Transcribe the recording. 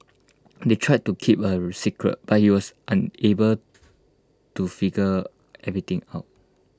they tried to keep A secret but he was unable to figure everything out